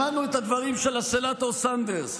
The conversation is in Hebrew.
שמענו את הדברים של הסנטור סנדרס.